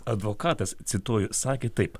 advokatas cituoju sakė taip